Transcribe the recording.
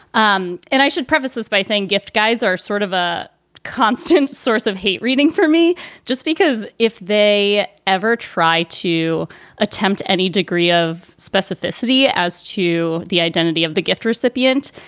um and i should preface this by saying, gift guys are sort of a constant source of hate reading for me just because if they ever try to attempt any degree of specificity as to. the identity of the gift recipient.